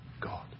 God